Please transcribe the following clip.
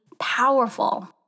powerful